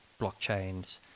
blockchains